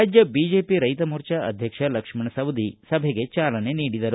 ರಾಜ್ಯ ಬಿಜೆಪಿ ರೈತ ಮೋರ್ಚಾ ಅಧ್ಯಕ್ಷ ಲಕ್ಷ್ಮಣ ಸವದಿ ಸಭೆಗೆ ಚಾಲನೆ ನೀಡಿದರು